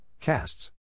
Casts